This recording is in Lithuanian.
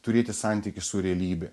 turėti santykį su realybe